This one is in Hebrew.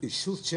יחסי אישות,